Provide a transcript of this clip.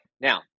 Now